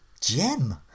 gem